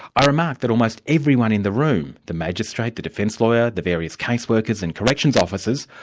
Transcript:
i remarked that almost everyone in the room, the magistrate, the defence lawyer, the various case workers and corrections officers,